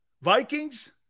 Vikings